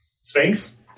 Sphinx